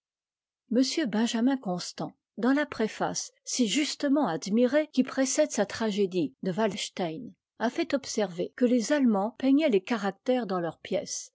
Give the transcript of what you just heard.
m benjamin constant dans la préface si justement admirée qui précède sa tragédie de walstein a fait observer que les allemands peignaient les caractères dans leurs pièces